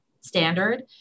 standard